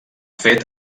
fet